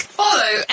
follow